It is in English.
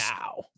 now